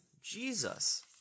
Jesus